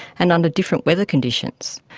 and under different weather conditions.